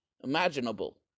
Imaginable